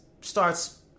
starts